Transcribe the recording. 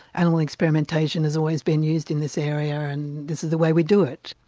animal experimentation has always been used in this area and this is the way we do it.